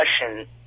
question